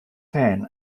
fan